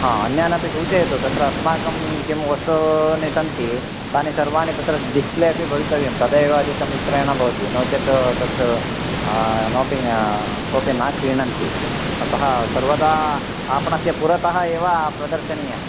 अन्यान् अपि सूचयतु तत्र अस्माकं किं वस्तूनि सन्ति तानि सर्वाणि तत्र डिस्प्ले अपि भवितव्यं तदा एव अधिकं विक्रयणं भवति नो चेत् तत् कोपि न क्रीणन्ति अतः सर्वदा आपणस्य पुरतः एव प्रदर्शनीयम्